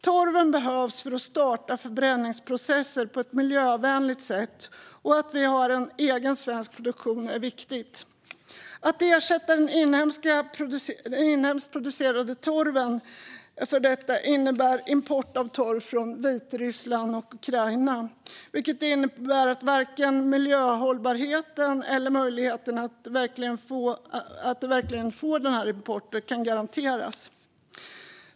Torven behövs för att starta förbränningsprocesser på ett miljövänligt sätt. Och det är viktigt att vi har en egen svensk produktion. Att ersätta den inhemskt producerade torven innebär import av torv från Vitryssland och Ukraina, vilket innebär att varken miljöhållbarheten eller möjligheten att verkligen få importera kan garanteras.